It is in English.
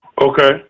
Okay